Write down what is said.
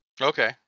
Okay